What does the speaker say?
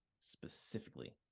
specifically